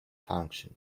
function